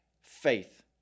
faith